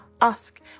ask